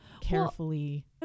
carefully